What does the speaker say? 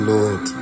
Lord